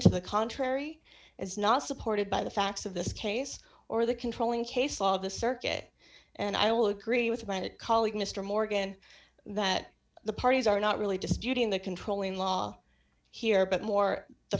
to the contrary is not supported by the facts of this case or the controlling case law the circuit and i will agree with my and colleague mr morgan that the parties are not really disputing the controlling law here but more the